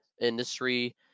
industry